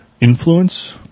influence